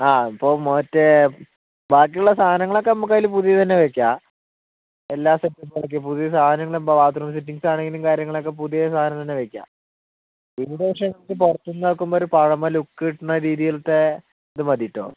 ആ ഇപ്പം മറ്റേ ബാക്കിയുള്ള സാധനങ്ങളൊക്കെ നമുക്ക് അതിൽ പുതിയതു തന്നെ വെക്കാം എല്ലാ സെറ്റപ്പ് ആക്കി പുതിയ സാധനങ്ങളിപ്പം ബാത്ത് റൂം ഫിറ്റിങ്സ് ആണെങ്കിലും കാര്യങ്ങളൊക്കെ പുതിയ സാധനം തന്നെ വെക്കാം വീടിന് പക്ഷെ നമുക്ക് പുറത്തുനിന്നു നോക്കുമ്പോൾ ഒരു പഴമ ലുക്ക് കിട്ടണ രീതീലത്തെ ഇതു മതീട്ടോ